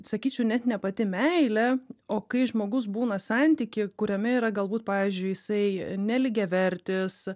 sakyčiau net ne pati meilė o kai žmogus būna santyky kuriame yra galbūt pavyzdžiui jisai nelygiavertis